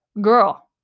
girl